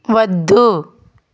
వద్దు